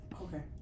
Okay